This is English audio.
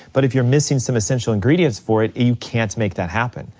but if you're missing some essential ingredients for it, you can't make that happen.